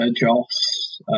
Joss